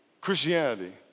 Christianity